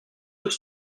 deux